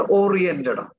oriented